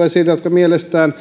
esille eri tahoja jotka mielestään